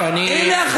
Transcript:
מה?